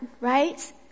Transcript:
right